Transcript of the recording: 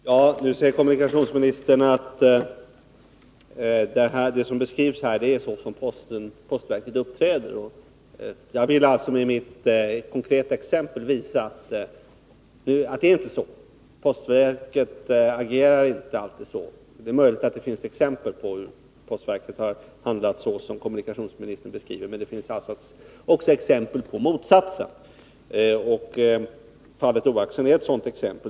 Herr talman! Kommunikationsministern säger att vad som här beskrivs är det sätt varpå postverket uppträder. Med mitt konkreta exempel ville jag visa att så inte är fallet. Postverket agerar inte alltid på det sättet. Det är möjligt att det finns exempel på att postverket här handlat så som kommunikationsministern beskriver. Å andra sidan finns det också exempel på motsatsen. Fallet Oaxen är ett sådant exempel.